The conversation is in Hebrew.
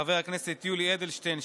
חבר הכנסת יולי אדלשטיין,